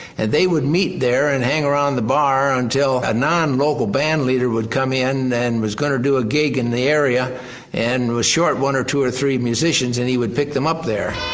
they would meet there and hang around the bar until a non-local band leader would come in and was going to do a gig in the area and was short one or two or three musicians and he would pick them up there.